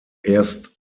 erst